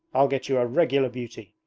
i'll get you a regular beauty